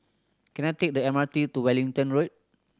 can I take the M R T to Wellington Road